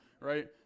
right